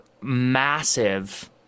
massive